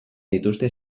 dituzte